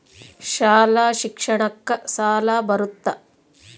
ಶಾಲಾ ಶಿಕ್ಷಣಕ್ಕ ಸಾಲ ಬರುತ್ತಾ?